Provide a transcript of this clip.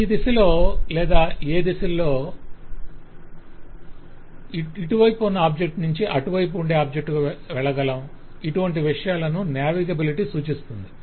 ఏ దిశలో లేదా దిశల్లో ఇటువైపు ఉన్న ఆబ్జెక్ట్ నుంచి అటువైపు ఉండే ఆబ్జెక్ట్ కు వెళ్లగళం ఇటువంటి విషయాలను నావిగెబిలిటీ సూచిస్తుంది